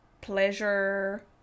pleasure